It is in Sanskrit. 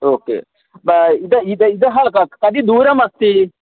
ओके इतः इतः इतः कति दूरमस्ति